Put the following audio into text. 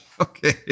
Okay